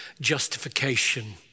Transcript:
justification